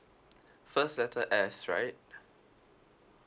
first letter S right